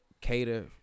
cater